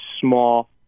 small